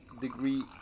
degree